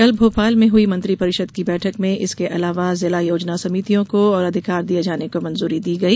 कल भोपाल में हई मंत्रिपरिषद की बैठक में इसके अलावा जिला योजना समितियों को और अधिकार दिये जाने को मेजूरी दी गई